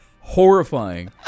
horrifying